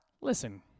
Listen